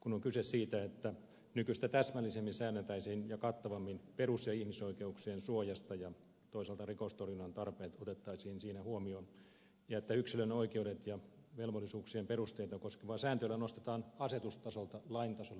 kun on kyse siitä että nykyistä täsmällisemmin ja kattavammin säänneltäisiin perus ja ihmisoikeuksien suojasta ja toisaalta rikostorjunnan tarpeet otettaisiin siinä huomioon ja että yksilön oikeudet ja velvollisuuksien perusteita koskevaa sääntelyä nostetaan asetustasolta lain tasolle